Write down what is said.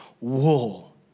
wool